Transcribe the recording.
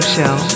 Show